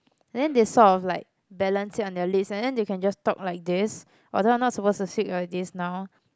then they sort of like balance it on their lips and then they can talk like this although I not supposed to talk like this now